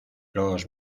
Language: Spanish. los